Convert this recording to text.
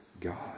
God